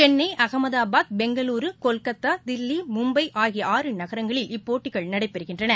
சென்னை அகமதாபாத் பெங்களூரூ கொல்கத்தா தில்லி மும்பை ஆகிய ஆறு நகரங்களில் இப்போட்டிகள் நடைபெறுகின்றன